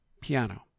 piano